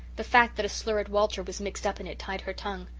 the fact that a slur at walter was mixed up in it tied her tongue.